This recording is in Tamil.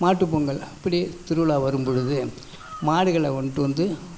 மாட்டுப்பொங்கல் இப்படி திருவிழா வரும்பொழுது மாடுகளை கொண்டுட்டு வந்து